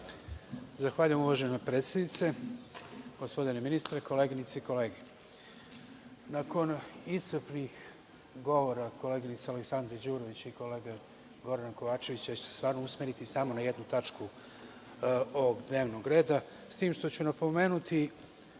Zahvaljujem, uvažena predsednice. Gospodine ministre, koleginice i kolege, nakon iscrpnih govora koleginice Aleksandre Đurović i kolege Gorana Kovačevića, ja ću se stvarno usmeriti samo na jednu tačku dnevnog reda. S tim što ću napomenuti,